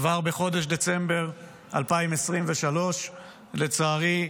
כבר בחודש דצמבר 2023. לצערי,